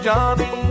Johnny